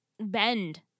bend